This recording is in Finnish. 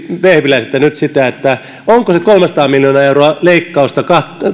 vehviläiseltä nyt onko se kolmesataa miljoonaa euroa leikkausta